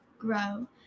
Grow